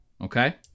Okay